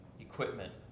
equipment